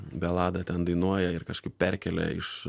belada ten dainuoja ir kažkaip perkelia iš